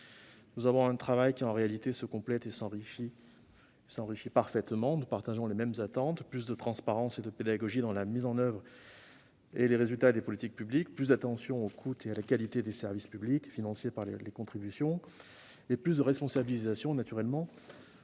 vous êtes mobilisé. Nos travaux se complètent et s'enrichissent parfaitement ; nous partageons les mêmes attentes : plus de transparence et de pédagogie dans la mise en oeuvre et dans les résultats des politiques publiques, plus d'attention portée au coût et à la qualité des services publics, financés par les contributions, et plus de responsabilisation pour les